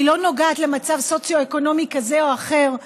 היא לא נוגעת למצב סוציו-אקונומי כזה או אחר.